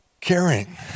Caring